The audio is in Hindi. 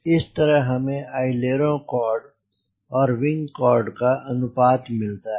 इस तरह हमें अइलेरों कॉर्ड और विंग कॉर्ड का अनुपात मिलता है